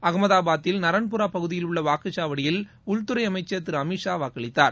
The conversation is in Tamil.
அகமதாபாதில் நரன்புரா பகுதியில் உள்ள வாக்குச்சாவடியில் உள்துறை அமைச்சர் திரு அமித்ஷா வாக்களித்தார்